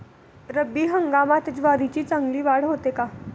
रब्बी हंगामात ज्वारीची चांगली वाढ होते का?